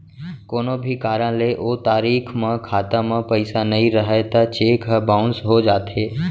कोनो भी कारन ले ओ तारीख म खाता म पइसा नइ रहय त चेक ह बाउंस हो जाथे